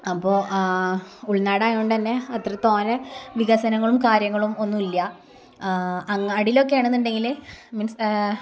അപ്പോള് ഉള്നാടായതുകൊണ്ട് തന്നെ അത്രത്തോനെ വികസനങ്ങളും കാര്യങ്ങളും ഒന്നുമില്ല അങ്ങാടിയിലൊക്കെ ആണെന്നുണ്ടെങ്കില് മീന്സ്